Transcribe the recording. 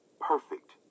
perfect